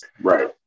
right